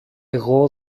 εγώ